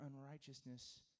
unrighteousness